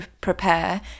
prepare